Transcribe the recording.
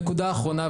נקודה אחרונה,